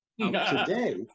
today